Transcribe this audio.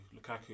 Lukaku